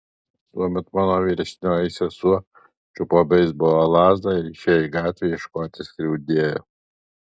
tuomet mano vyresnioji sesuo čiupo beisbolo lazdą ir išėjo į gatvę ieškoti skriaudėjo